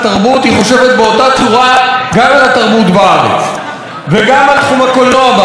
היא חושבת באותה צורה גם על התרבות בארץ וגם על תחום הקולנוע בארץ.